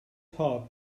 heart